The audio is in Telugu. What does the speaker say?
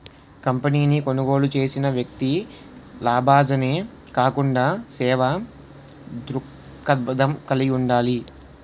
కంపెనీని కొనుగోలు చేసిన వ్యక్తి లాభాజనే కాకుండా సేవా దృక్పథం కలిగి ఉండాలి